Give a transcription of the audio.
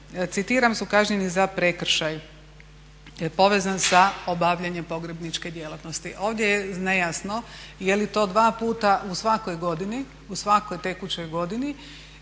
citiram, "su kažnjeni za prekršaj povezan sa obavljanjem pogrebničke djelatnosti". Ovdje je nejasno je li to dva puta u svakoj tekućoj godini.